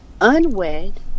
unwed